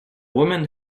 woman